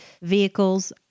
vehicles